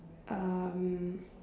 um